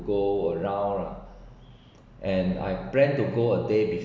go around lah and I plan to go a day